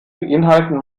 beinhalten